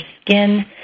skin